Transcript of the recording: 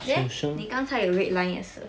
there 你刚才有 red line 也是